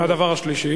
והדבר השלישי.